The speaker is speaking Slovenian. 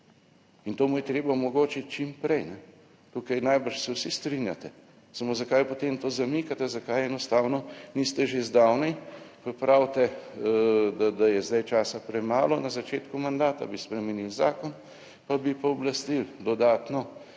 in to mu je treba omogočiti čim prej. Tukaj najbrž se vsi strinjate, samo zakaj potem to zamikate, zakaj enostavno niste že zdavnaj, ko pravite, da je zdaj časa premalo, na začetku mandata bi spremenili zakon, pa bi pooblastili dodatno